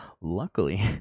luckily